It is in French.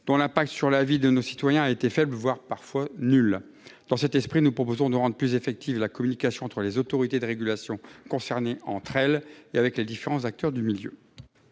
dont l'effet sur la vie de nos concitoyens a été faible, voire parfois nul. Dans cet esprit, nous proposons de rendre plus effective la communication entre les autorités de régulation concernées entre elles et avec les différents acteurs du milieu.